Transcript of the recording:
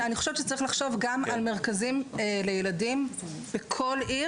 שצריך לחשוב גם על מרכזים לילדים בכל עיר